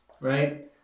Right